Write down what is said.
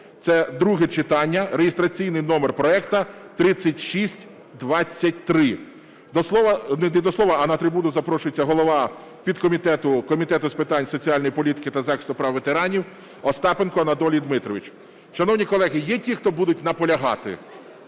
це друге читання (реєстраційний номер проекту 3623). На трибуну запрошується голова підкомітету Комітету з питань соціальної політики та захисту прав ветеранів Остапенко Анатолій Дмитрович. Шановні колеги, є ті хто будуть наполягати?